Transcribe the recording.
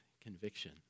conviction